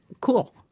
cool